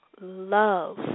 love